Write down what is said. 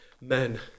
men